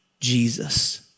Jesus